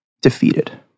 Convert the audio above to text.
defeated